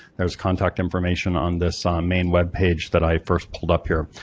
there's contact information on this um main web page that i first pulled up here.